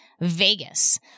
Vegas